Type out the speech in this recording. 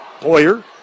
Poyer